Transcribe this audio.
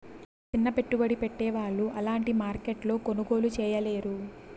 సిన్న పెట్టుబడి పెట్టే వాళ్ళు అలాంటి మార్కెట్లో కొనుగోలు చేయలేరు